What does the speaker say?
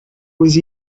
was